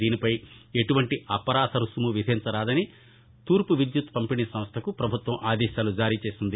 దీనిపై ఎటువంటి అపరాధ రుసుము విధించరాదని తూర్పు విద్యుత్తు పంపిణీ సంస్టకు ప్రభుత్వం ఆదేశాలు జారీచేసింది